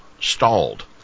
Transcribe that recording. stalled